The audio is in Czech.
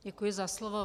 Děkuji za slovo.